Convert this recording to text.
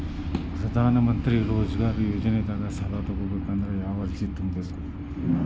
ಪ್ರಧಾನಮಂತ್ರಿ ರೋಜಗಾರ್ ಯೋಜನೆದಾಗ ಸಾಲ ತೊಗೋಬೇಕಂದ್ರ ಯಾವ ಅರ್ಜಿ ತುಂಬೇಕು?